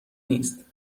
نیست